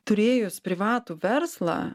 turėjus privatų verslą